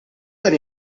dan